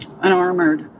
Unarmored